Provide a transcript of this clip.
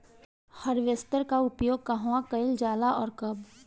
Harvester का उपयोग कहवा कइल जाला और कब?